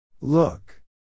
Look